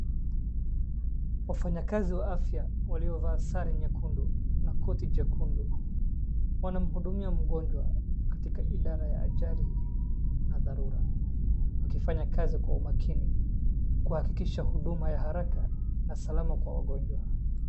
Wafanyakazi wa afya waliovaa sare nyekundu na koti jekundu wanamhudumia mgonjwa katika idara ya ajali na dharura, wakifanya kazi kwa umakini kuhakikisha huduma ya haraka na salama kwa wagonjwa.